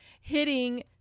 hitting